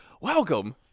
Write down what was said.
welcome